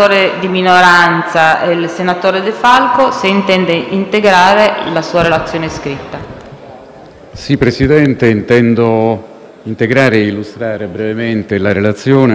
Presidente, intendo integrare e illustrare brevemente la relazione che ho depositato. Presidente e colleghi,